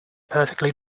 perfectly